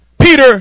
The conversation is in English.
Peter